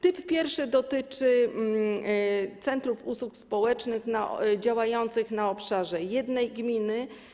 Typ pierwszy dotyczy centrów usług społecznych działających na obszarze jednej gminy.